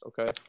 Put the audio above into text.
Okay